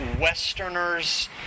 Westerners